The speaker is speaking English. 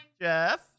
Jeff